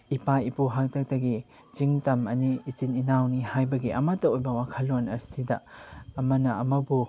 ꯏꯄꯥ ꯏꯄꯨ ꯍꯥꯛꯇꯛꯇꯒꯤ ꯆꯤꯡ ꯇꯝ ꯑꯅꯤ ꯏꯆꯤꯟ ꯏꯅꯥꯎꯅꯤ ꯍꯥꯏꯕꯒꯤ ꯑꯃꯇ ꯑꯣꯏꯕ ꯋꯥꯈꯜꯂꯣꯟ ꯑꯁꯤꯗ ꯑꯃꯅ ꯑꯃꯕꯨ